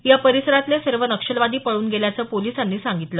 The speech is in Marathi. या परिसरातले सर्व नक्षलवादी पळून गेल्याच पोलिसांनी सांगितलं